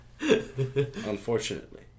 unfortunately